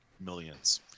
millions